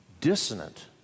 dissonant